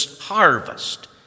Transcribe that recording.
harvest